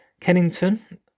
Kennington